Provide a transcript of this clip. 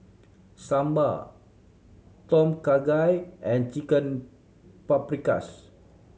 Sambar Tom Kha Gai and Chicken Paprikas